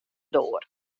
doar